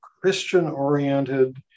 Christian-oriented